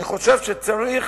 אני חושב שצריך